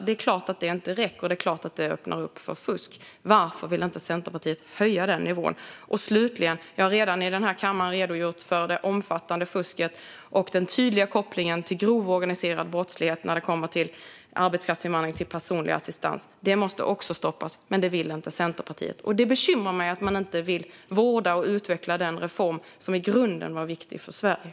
Det är klart att det inte räcker, och det är klart att det öppnar upp för fusk. Varför vill inte Centerpartiet höja den nivån? Slutligen har jag redan redogjort här i kammaren för det omfattande fusket och den tydliga kopplingen till grov organiserad brottslighet när det gäller arbetskraftsinvandring till personlig assistans. Det måste också stoppas, men det vill inte Centerpartiet. Det bekymrar mig att man inte vill vårda och utveckla den reformen, som i grunden var viktig för Sverige.